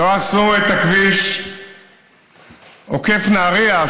לא עשו את כביש עוקף נהריה,